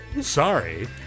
Sorry